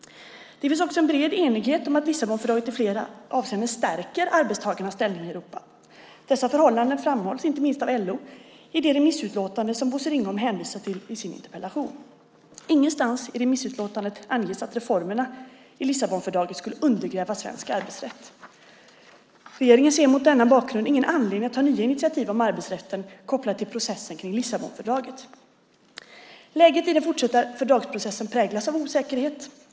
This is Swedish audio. Det finns också en bred enighet om att Lissabonfördraget i flera avseenden stärker arbetstagarnas ställning i Europa. Dessa förhållanden framhålls inte minst av LO i det remissutlåtande som Bosse Ringholm hänvisar till i sin interpellation. Ingenstans i remissutlåtandet anges att reformerna i Lissabonfördraget skulle undergräva svensk arbetsrätt. Regeringen ser mot denna bakgrund ingen anledning att ta nya initiativ om arbetsrätten kopplade till processen kring Lissabonfördraget. Läget i den fortsatta fördragsprocessen präglas av osäkerhet.